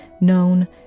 known